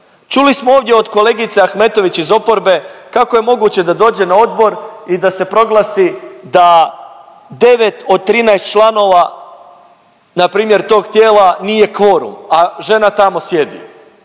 Čuli smo ovdje od kolegice Ahmetović iz oporbe kako je moguće da dođe na odbor i da se proglasi da 9 od 13 članova npr. tog tijela nije kvorum, a žena tamo sjedi,